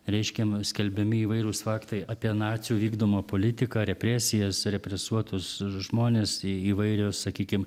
reiškiama skelbiami įvairūs faktai apie nacių vykdomą politiką represijas represuotus žmones įvairius sakykim